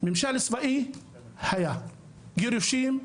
ממשל צבאי היה, גירושים היו,